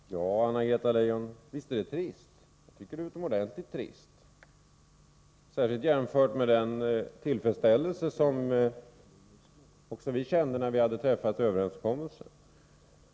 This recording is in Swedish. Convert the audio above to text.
Herr talman! Ja, Anna-Greta Leijon, visst är det trist, utomordentligt trist, särskilt jämfört med den tillfredsställelse som också vi kände när vi hade träffat överenskommelsen.